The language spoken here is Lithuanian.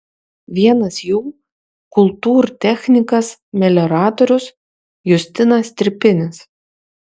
vienas jų kultūrtechnikas melioratorius justinas stripinis